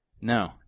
No